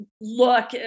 look